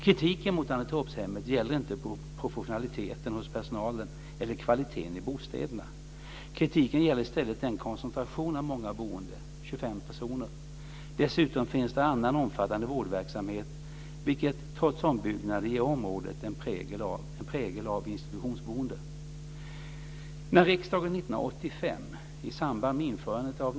Kritiken mot Annetorpshemmet gäller inte professionaliteten hos personalen eller kvaliteten i bostäderna. Kritiken gäller i stället koncentrationen av många boende, 25 personer. Dessutom finns där annan omfattande vårdverksamhet vilket trots ombyggnader ger området en prägel av institutionsboende.